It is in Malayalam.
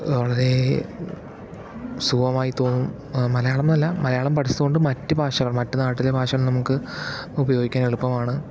വളരെ സുഖമായി തോന്നും മലയാളം എന്നല്ല മലയാളം പഠിച്ചതുകൊണ്ട് മറ്റു ഭാഷകൾ മറ്റ് നാട്ടിലെ ഭാഷകൾ നമുക്ക് ഉപയോഗിക്കാൻ എളുപ്പമാണ്